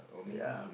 ya